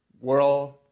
World